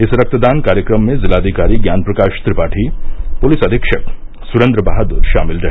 इस रक्तदान कार्यक्रम में जिलाधिकारी ज्ञान प्रकाश त्रिपाठी पुलिस अधीक्षक सुरेन्द्र बहादुर शामिल रहे